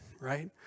right